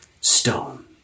stone